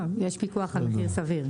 יש פיקוח סביר.